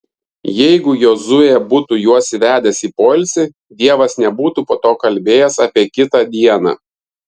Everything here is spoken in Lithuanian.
jeigu jozuė būtų juos įvedęs į poilsį dievas nebūtų po to kalbėjęs apie kitą dieną